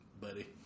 buddy